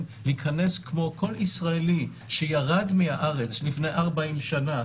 להיכנס כמו כל ישראלי שירד מהארץ לפני 40 שנה,